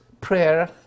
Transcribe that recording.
prayer